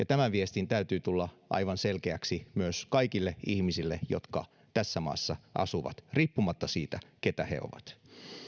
tämän viestin täytyy tulla aivan selkeäksi myös kaikille ihmisille jotka tässä maassa asuvat riippumatta siitä keitä he ovat